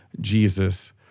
Jesus